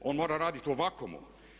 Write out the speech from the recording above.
On mora raditi u vakuumu.